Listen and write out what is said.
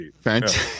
Fantastic